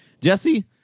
Jesse